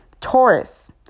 Taurus